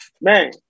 Man